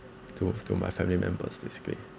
to to my family members basically